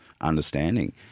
understanding